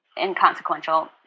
inconsequential